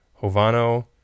Hovano